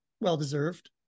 Well-deserved